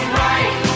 right